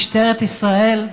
משטרת ישראל,